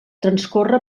transcorre